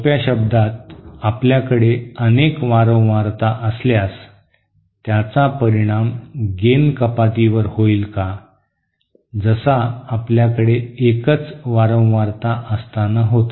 सोप्या शब्दांत आपल्याकडे अनेक वारंवारता असल्यास त्याचा परिणाम गेन कपातीवर होईल का जसा आपल्याकडे एकच वारंवारता असताना होता